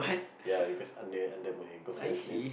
ya because under under my girlfriend's name